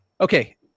okay